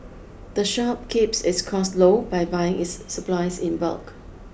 the shop keeps its costs low by buying its supplies in bulk